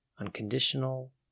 unconditional